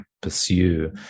pursue